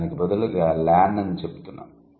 దానికి బదులుగా లాన్ అని చెప్తున్నాము